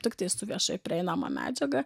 tiktai su viešai prieinama medžiaga